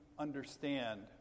understand